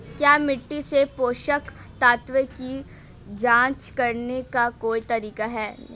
क्या मिट्टी से पोषक तत्व की जांच करने का कोई तरीका है?